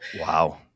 wow